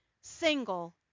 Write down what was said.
single